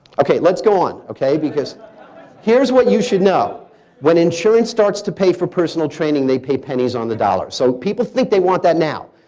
okay, let's go on. okay, because here's what you should know when insurance starts to pay for personal training, they pay pennies on the dollar. so people think they want that now.